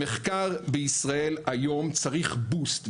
המחקר היום בישראל צריך בוסט.